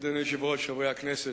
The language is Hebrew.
אדוני היושב-ראש, חברי הכנסת,